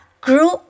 grew